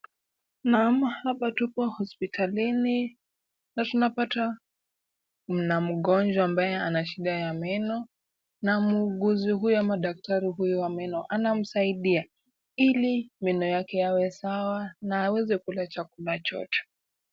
Naam, hapa tupo hosiptalini na tunapata mgonjwa ambaye ana shida ya meno na muuguzi huyo ama daktari huyo wa meno anamsaidia ili meno yake yawe sawa na aweze kula chakula chote.